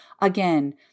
again